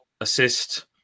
assist